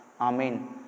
Amen